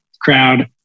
crowd